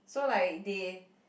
so like they